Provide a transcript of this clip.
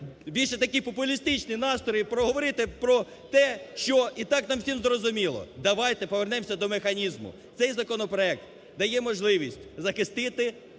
більше такі популістичні настрої проговорити про те, що і так нам всім зрозуміло. Давайте повернемося до механізму. Цей законопроект дає можливість захистити